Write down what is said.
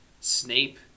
Snape